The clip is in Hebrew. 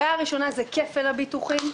הבעיה הראשונה היא כפל הביטוחים.